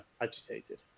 agitated